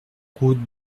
route